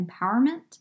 empowerment